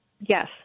Yes